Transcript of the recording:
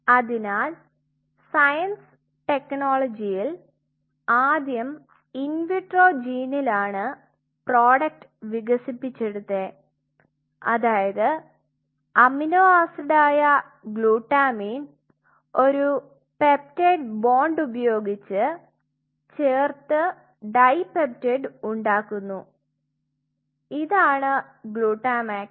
അതിനാൽ സയൻസ് ടെക്നോളജിയിൽ ആദ്യം ഇൻ വിട്രോ ജീനിലാണ് പ്രോഡക്റ്റ് വികസിപ്പിച്ചെടുത്തെ അതായത് അമിനോ ആസിഡായ ഗ്ലുട്ടാമീൻ ഒരു പെപ്റ്റൈഡ് ബോണ്ട് ഉപയോഗിച്ച് ചേർത്ത് ഡൈപെപ്റ്റൈഡ് ഉണ്ടാകുന്നു ഇതാണ് ഗ്ലുട്ടാമാക്സ്